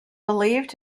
believed